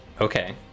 okay